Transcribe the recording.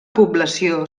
població